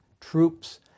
troops